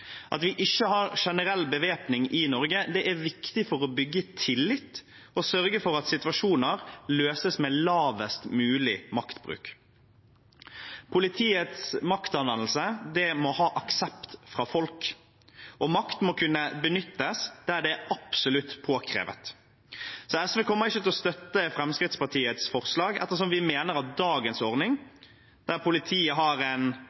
At vi ikke har en generell bevæpning i Norge, er viktig for å bygge tillit og sørge for at situasjoner løses med lavest mulig maktbruk. Politiets maktanvendelse må ha aksept fra folk, og makt må kunne benyttes der det er absolutt påkrevd. Så SV kommer ikke til å støtte Fremskrittspartiets forslag, ettersom vi mener at dagens